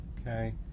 okay